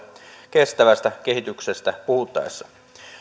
kestävästä kehityksestä puhuttaessa